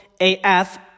AF